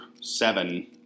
seven